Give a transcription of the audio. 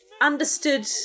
understood